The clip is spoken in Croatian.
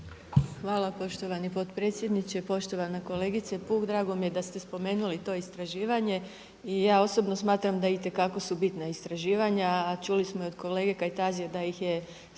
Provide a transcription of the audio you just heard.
Hvala poštovani potpredsjedniče, poštovana kolegice Puh. Drago mi je da ste spomenuli to istraživanje i ja osobno smatram da itekako su bitna istraživanja, a čuli smo i od kolege Kajtazija da ih je